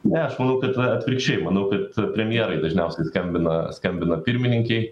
ne aš manau kad atvirkščiai manau kad premjerai dažniausiai skambina skambina pirmininkei